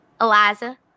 Eliza